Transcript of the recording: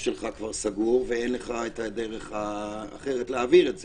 שלך כבר סגור ואין לך דרך אחרת להעביר את זה?